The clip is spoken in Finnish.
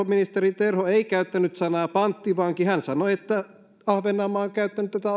ministeri terho ei käyttänyt sanaa panttivanki hän sanoi että ahvenanmaa on käyttänyt tätä